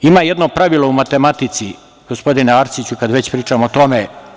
Ima jedno pravilo u matematici, gospodine Arsiću, kada već pričamo o tome.